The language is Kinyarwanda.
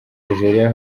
algeria